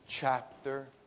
chapter